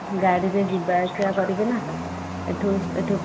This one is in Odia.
ଗାଡ଼ିରେ ଯିବା ଆସିବା କରିବି ନା ଏ'ଠୁ ଏ'ଠୁ